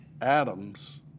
atoms